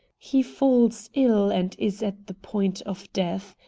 he falls ill and is at the point of death.